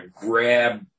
grab